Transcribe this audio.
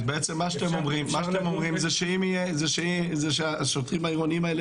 אז אתם אומרים שהשיטור העירוני לא